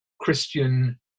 Christian